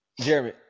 Jeremy